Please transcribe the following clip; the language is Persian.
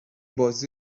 بازی